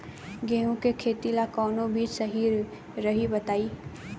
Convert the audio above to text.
गेहूं के खेती ला कोवन बीज सही रही बताई?